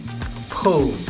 pull